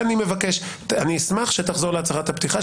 אני אשמח שתחזור להצהרת הפתיחה שלך.